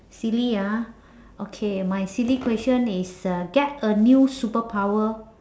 silly ah okay my silly question is uh get a new superpower